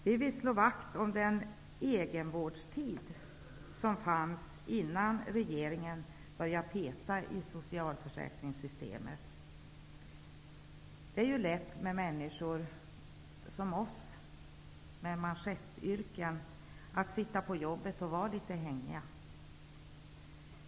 Vi vill slå vakt om den egenvårdstid som fanns innan regeringen började peta i socialförsäkringssystemet. Det är lätt för människor med manschettyrken -- som oss -- att sitta på jobbet och vara litet hängiga.